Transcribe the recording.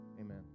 Amen